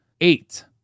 eight